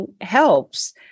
helps